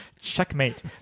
Checkmate